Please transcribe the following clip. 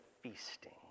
feasting